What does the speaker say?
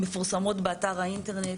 מפורסמות באתר האינטרנט.